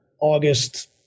August